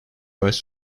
yavaş